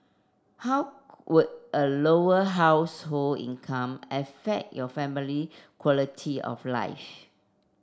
how would a Lower Household income affect your family quality of life